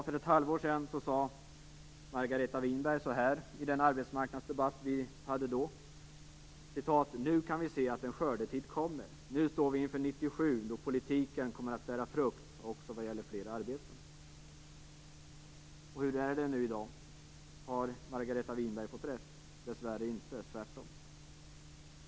För ett halvår sedan sade Margareta Winberg så här i den arbetsmarknadsdebatt som vi då hade: "Nu kan vi se att en skördetid kommer. Nu står vi inför 1997, då politiken kommer att bära frukt också vad gäller fler arbeten." Och hur är det nu då - har Margareta Winberg fått rätt? Dessvärre inte - tvärtom.